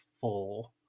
four